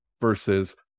versus